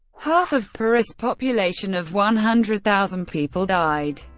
half of paris's population of one hundred thousand people died.